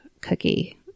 cookie